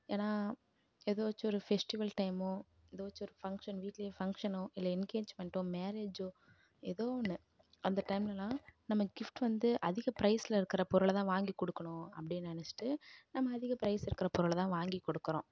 ஏன்னால் ஏதாச்சு ஒரு ஃபெஸ்டிவல் டைம்மோ ஏதாச்சு ஒரு ஃபங்ஷன் வீட்லேயே ஃபங்ஷனோ இல்லை என்கேஜ்மெண்ட்டோ மேரேஜ்ஜோ ஏதோ ஒன்று அந்த டைம்லெலாம் நம்ம கிஃப்ட் வந்து அதிக பிரைஸில் இருக்கிற பொருளை தான் வாங்கி கொடுக்கணும் அப்படின்னு நினைச்சிட்டு நம்ம அதிக பிரைஸ் இருக்கிற பொருளை தான் வாங்கி கொடுக்குறோம்